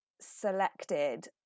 selected